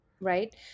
right